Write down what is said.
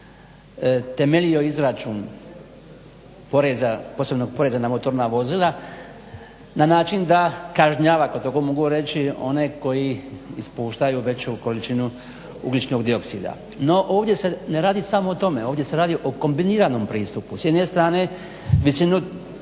temeljio izračun poreza, posebnog poreza na motorna vozila, na način da kažnjava ako tako mogu reći one koji ispuštaju veću količinu ugljičnog dioksida, no ovdje se ne radi samo o tome, ovdje se radi o kombiniranom pristupu, s jedne strane većinu